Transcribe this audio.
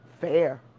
Fair